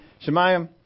Shemaiah